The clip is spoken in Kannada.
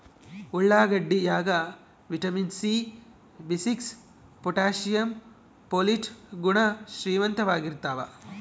ಉಳ್ಳಾಗಡ್ಡಿ ಯಾಗ ವಿಟಮಿನ್ ಸಿ ಬಿಸಿಕ್ಸ್ ಪೊಟಾಶಿಯಂ ಪೊಲಿಟ್ ಗುಣ ಶ್ರೀಮಂತವಾಗಿರ್ತಾವ